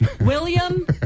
William